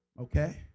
okay